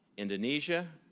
indonesia,